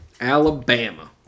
Alabama